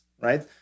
right